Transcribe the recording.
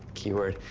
keyword.